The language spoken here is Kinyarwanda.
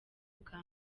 bwa